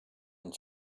and